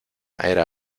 era